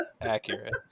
Accurate